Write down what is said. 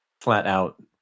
flat-out